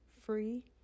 free